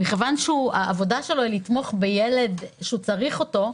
כי העבודה שלו לתמוך בילד שצריך אותו,